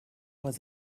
was